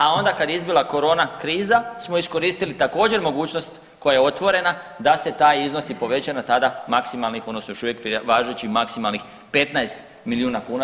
A onda kada je izbila corona kriza smo iskoristili također mogućnost koja je otvorena da se taj iznos tada i poveća na tada maksimalnih odnosno još uvijek važećih maksimalnih 15 milijuna kuna.